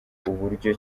uburyo